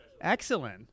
Excellent